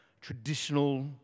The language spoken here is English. traditional